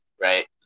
Right